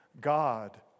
God